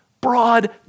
broad